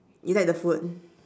you like the food